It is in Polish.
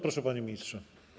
Proszę, panie ministrze.